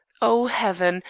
oh, heaven,